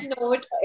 note